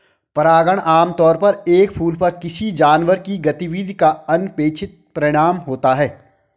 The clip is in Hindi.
परागण आमतौर पर एक फूल पर किसी जानवर की गतिविधि का अनपेक्षित परिणाम होता है